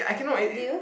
deal